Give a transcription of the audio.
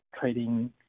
trading